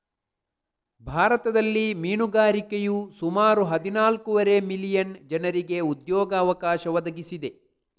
ಭಾರತದಲ್ಲಿ ಮೀನುಗಾರಿಕೆಯು ಸುಮಾರು ಹದಿನಾಲ್ಕೂವರೆ ಮಿಲಿಯನ್ ಜನರಿಗೆ ಉದ್ಯೋಗ ಅವಕಾಶ ಒದಗಿಸಿದೆ